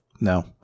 No